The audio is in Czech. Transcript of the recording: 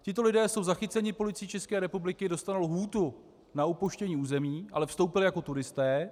Tito lidé jsou zachyceni Policií České republiky, dostanou lhůtu na opuštění území ale vstoupili jako turisté.